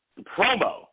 promo